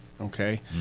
Okay